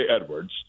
Edwards